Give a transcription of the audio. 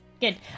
good